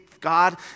God